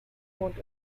mond